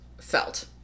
felt